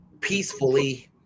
peacefully